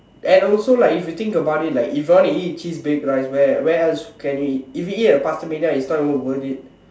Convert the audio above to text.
and also like if you think about it like if I want to eat cheese baked rice where where else can you eat if you eat at PastaMania it's not even worth it